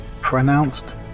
pronounced